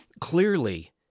Clearly